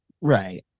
Right